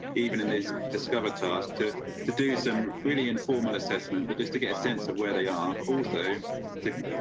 even in this discovered task to to do some really informal assessment, but just to get a sense of where they are, but also to.